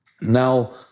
Now